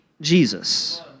Jesus